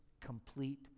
complete